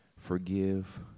forgive